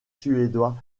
suédois